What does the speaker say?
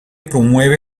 promueve